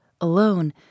alone